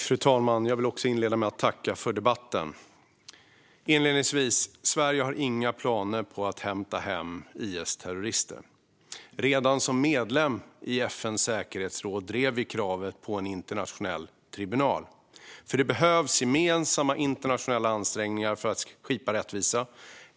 Fru talman! Jag vill också inleda med att tacka för debatten. Inledningsvis: Sverige har inga planer på att hämta hem IS-terrorister. Redan som medlem i FN:s säkerhetsråd drev vi kravet på en internationell tribunal. Det behövs gemensamma internationella ansträngningar för att skipa rättvisa.